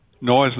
noise